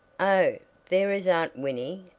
oh, there is aunt winnie!